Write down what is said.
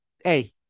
hey